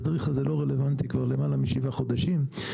התדריך הזה לא רלוונטי כבר למעלה משבעה חודשים,